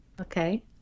Okay